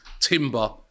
Timber